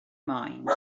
mind